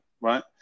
right